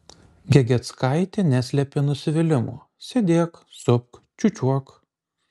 gegieckaitė neslėpė nusivylimo sėdėk supk čiūčiuok